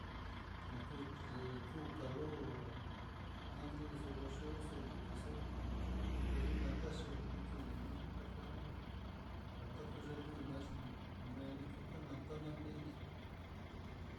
Ankuke ku calor, naten xoloxhioxo lukuxo take nantaxhió, iliké hi i takel lotan ké yuilina xhin nueni kuka nantá, nateí.